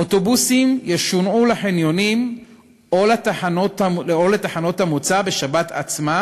אוטובוסים ישונעו לחניונים או לתחנות המוצא בשבת עצמה,